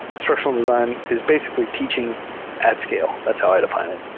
instructional design is basically teaching at scale. that's how i define it.